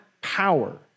power